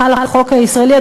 חל החוק הישראלי?